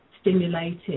stimulated